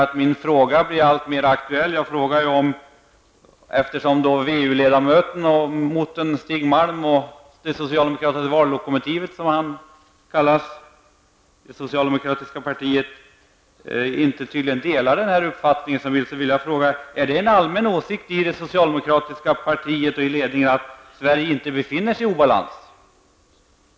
Följlande fråga blir alltmer aktuell, eftersom VU ledamoten Stig Malm -- det socialdemokratiska vallokomotivet, som han kallas i det socialdemokratiska partiet -- inte tycks dela de övrigas uppfattning: Är det en allmän åsikt i det socialdemokratiska partiet och i ledningen att Sverige inte befinner sig i obalans?